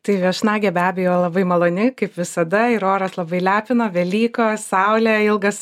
tai viešnagė be abejo labai maloni kaip visada ir oras labai lepina velykos saulė ilgas